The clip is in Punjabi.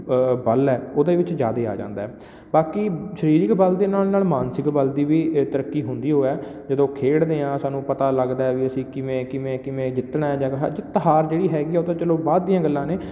ਬਲ ਹੈ ਉਹਦੇ ਵਿੱਚ ਜ਼ਿਆਦਾ ਆ ਜਾਂਦਾ ਬਾਕੀ ਸਰੀਰਿਕ ਬਲ ਦੇ ਨਾਲ ਨਾਲ ਮਾਨਸਿਕ ਬਲ ਦੀ ਵੀ ਤਰੱਕੀ ਹੁੰਦੀ ਓਹ ਹੈ ਜਦੋਂ ਖੇਡਦੇ ਹਾਂ ਸਾਨੂੰ ਪਤਾ ਲੱਗਦਾ ਵੀ ਅਸੀਂ ਕਿਵੇਂ ਕਿਵੇਂ ਕਿਵੇਂ ਜਿੱਤਣਾ ਹਾਰ ਜਿਹੜੀ ਹੈਗੀ ਹੈ ਉਹ ਤਾਂ ਚਲੋ ਬਾਅਦ ਦੀਆਂ ਗੱਲਾਂ ਨੇ